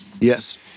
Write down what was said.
Yes